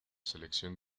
selección